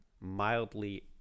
mildly